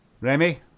Remy